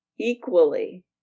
equally